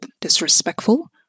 disrespectful